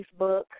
Facebook